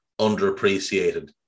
underappreciated